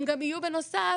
הם גם יהיו בנוסף,